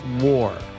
war